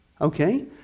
okay